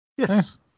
Yes